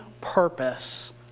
purpose